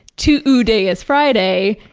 tuesday is friday.